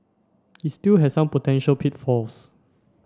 it still has some potential pitfalls